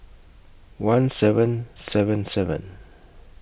one seven seven seven